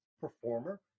performer